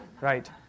right